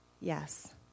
yes